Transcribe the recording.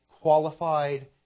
qualified